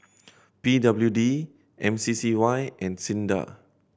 P W D M C C Y and SINDA